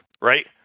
right